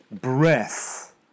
breath